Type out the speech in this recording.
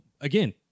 again